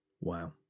Wow